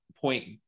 point